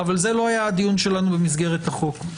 אבל זה לא היה הדיון שלנו במסגרת החוק.